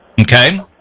okay